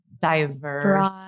Diverse